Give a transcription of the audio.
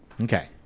okay